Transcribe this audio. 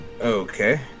Okay